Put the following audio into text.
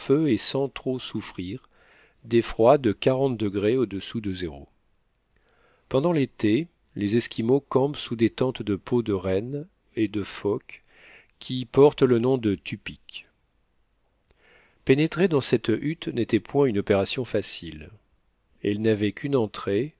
et sans trop souffrir des froids de quarante degrés au-dessous de zéro pendant l'été les esquimaux campent sous des tentes de peaux de renne et de phoque qui portent le nom de tupic pénétrer dans cette hutte n'était point une opération facile elle n'avait qu'une entrée